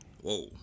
Whoa